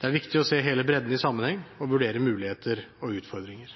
Det er viktig å se hele bredden i sammenheng og vurdere muligheter og utfordringer.